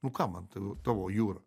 nu kam man ta tavo jūra